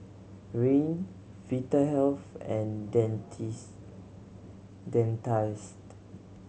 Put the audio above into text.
Rene Vitahealth and Dentiste